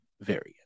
variant